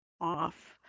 off